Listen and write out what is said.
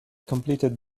completed